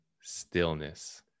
stillness